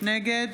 נגד